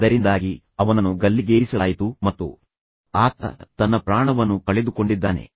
ಅದರಿಂದಾಗಿ ಅವನನ್ನು ಗಲ್ಲಿಗೇರಿಸಲಾಯಿತು ಮತ್ತು ಆತ ತನ್ನ ಪ್ರಾಣವನ್ನು ಕಳೆದುಕೊಂಡಿದ್ದಾನೆ